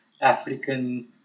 African